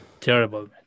terrible